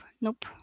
nope